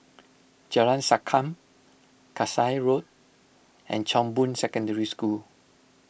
Jalan Sankam Kasai Road and Chong Boon Secondary School